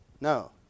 No